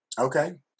Okay